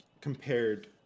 compared